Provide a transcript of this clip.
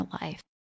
life